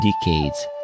decades